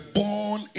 born